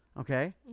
Okay